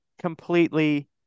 completely